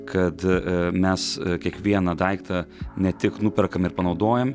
kad mes kiekvieną daiktą ne tik nuperkam ir panaudojam